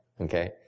Okay